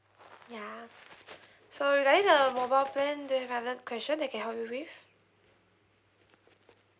ya so regarding the mobile plan do you have other question that I can help you with